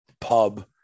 pub